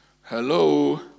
Hello